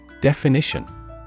Definition